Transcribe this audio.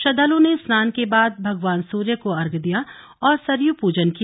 श्रद्वालुओं ने स्नान के बाद भगवान सूर्य को अर्धय दिया और सरयू पूजन किया